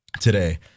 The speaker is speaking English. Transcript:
today